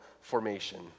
formation